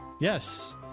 Yes